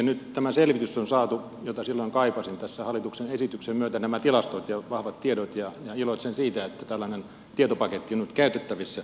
nyt tämä selvitys jota silloin kaipasin on saatu tässä hallituksen esityksen myötä nämä tilastot ja vahvat tiedot ja iloitsen siitä että tällainen tietopaketti on nyt käytettävissä